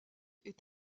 est